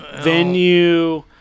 Venue